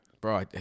Bro